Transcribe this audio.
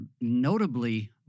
notably